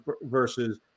versus